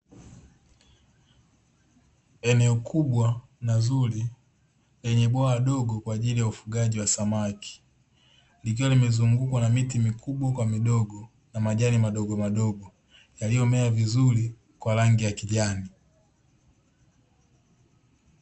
Eneo kubwa na zuri lenye bwawa dogo kwa ajili ya ufugaji wa samaki, likiwa limezungukwa na miti mikubwa kwa midogo na majani madogomadogo yaliyomea vizuri kwa rangi ya kijani.